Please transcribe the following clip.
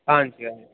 हांजी हा